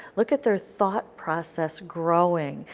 look at their thought process growing.